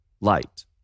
light